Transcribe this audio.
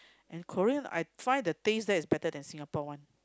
and Korea I find the taste there is better than Singapore one